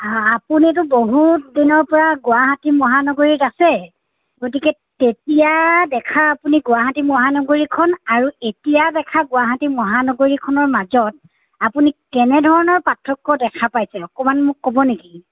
আ আপুনিটো বহুত দিনৰ পৰা গুৱাহাটী মহানগৰীত আছে গতিকে তেতিয়া দেখা আপুনি গুৱাহাটী মহানগৰীখন আৰু এতিয়া দেখা গুৱাহাটী মহানগৰীখনৰ মাজত আপুনি কেনেধৰণৰ পাৰ্থক্য় দেখা পাইছে অকণমান মোক ক'ব নেকি